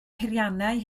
peiriannau